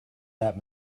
that